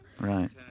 Right